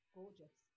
gorgeous